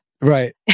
Right